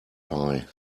pie